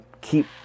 keep